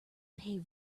pay